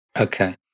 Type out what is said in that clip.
Okay